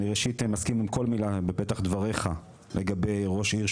אני ראשית מסכים עם כל מילה בפתח דבריך לגבי ראש עיר,